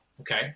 Okay